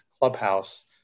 Clubhouse